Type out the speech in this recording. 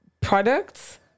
products